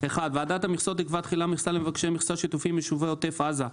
ועדת המכסות תקבע תחילה מכסה למבקש מכסה שיתופי מיישובי עוטף עזה,